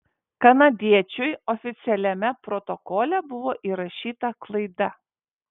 kanadiečiui oficialiame protokole buvo įrašyta klaida